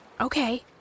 Okay